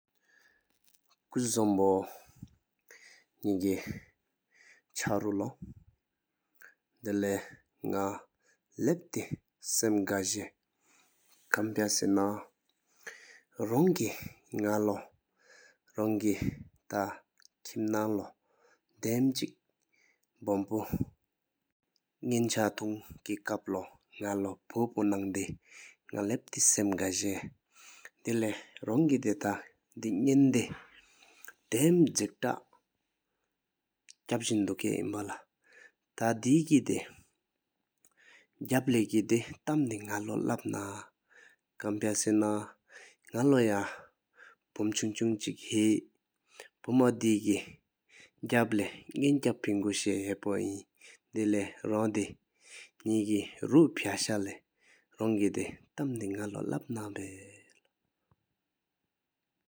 གུ་ཙང་པོ་ངག་སྐད་ཆ་རུ་བལྟེ་ཀང་ངག་ལབ་ཏེ་བསམ་དགའ་ཤེས་ཁན་ཕ་སེ་ན་སྡེ་རོང་གི་ངག་ལོ་རང་གི་ཐ་ཁིམ་ན་ལོ་ངག་ལོ་དམ་གཅིག་བོམ་པོ་ནན་འཆང་ཐོངས་ཀྱིས་ཀབ་ལོ་ངག་ལོ་ཕོ་པོ་ནང་དགིས་ངག་ལབ་ཏེ་བསམ་དགའ་ཡི། བལྟེ་རང་གི་དེ་ཐ་དེ་ནན་དེ་དམ་འཛིག་ཏ་ཀྱི་རིང་དུ་ཀུ་ལེགས་བལ་ཏ་དེ་གི་དེག་གྱིས་ལེ་དེ་ཐུང་དེ་སྔགས་ལོ་དང་བསྟེམ་ནང་བ། ཁན་ཕ་སེ་ན་ངག་ལོ་ཡང་འཕུམ་གྱུང་གྱུང་ཇོག་ཕུའི་རེད། འཕུམ་འོད་གི་འདི་འཛིགས་འོ་ཕུམ་ཀྱིས་འཕིན་དགས་བཞག་འགུ་ཤུ་ཀླུ་བར་དུ་འཊང་། བལྟེ་རུ་བེ་དེ་ནི་གི་རུ་ཕ་ིཀྵ་ལེ་རོང་གི་དེ་རིགས་དབང་ལོ་ལབ་ན་བ་མགོ།